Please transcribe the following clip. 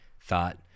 thought